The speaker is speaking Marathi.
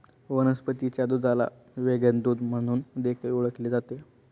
वनस्पतीच्या दुधाला व्हेगन दूध म्हणून देखील ओळखले जाते